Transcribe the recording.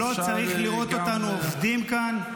לא צריך לראות אותנו עובדים כאן?